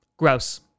Gross